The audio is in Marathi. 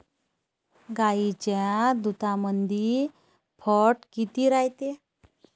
गाईच्या दुधामंदी फॅट किती रायते?